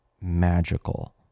magical